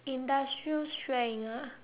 industrial strength ah